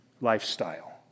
lifestyle